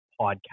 podcast